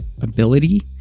ability